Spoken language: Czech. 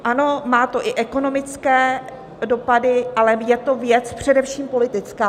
Ano, má to i ekonomické dopady, ale je to věc především politická.